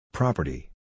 Property